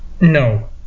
No